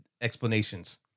explanations